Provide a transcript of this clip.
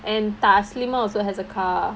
and tasnee also has a car